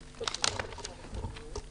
הישיבה ננעלה בשעה 12:24.